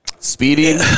Speeding